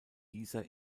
dieser